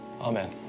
Amen